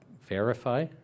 verify